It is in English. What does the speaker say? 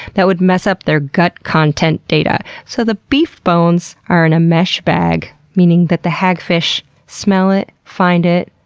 that would mess up their gut content data. so the beef bones are in a mesh bag, meaning that the hagfish smell it, find it,